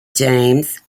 james